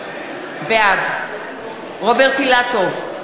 בעד רוברט אילטוב,